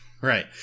Right